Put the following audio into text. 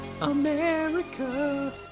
America